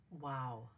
Wow